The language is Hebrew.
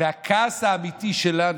הכעס האמיתי שלנו,